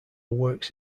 works